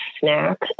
snack